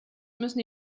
müssen